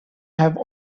have